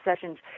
sessions